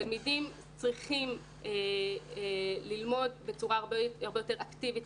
התלמידים צריכים ללמוד בצורה הרבה יותר אקטיבית,